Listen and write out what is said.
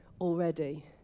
already